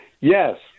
Yes